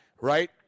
right